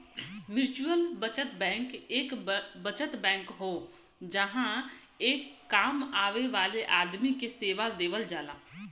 mutual बचत bank एक बचत बैंक हो जहां पर कम आय वाले आदमी के सेवा देवल जाला